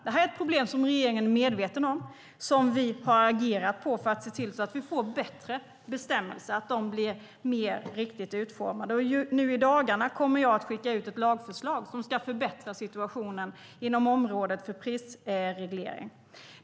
Det är ett problem som regeringen är medveten om och där vi har agerat för att se till att få bättre bestämmelser som blir riktigt utformade. Nu i dagarna kommer jag att skicka ut ett lagförslag om att förbättra situationen inom området för prisreglering.